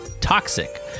toxic